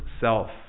self